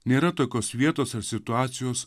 nėra tokios vietos ar situacijos